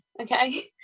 okay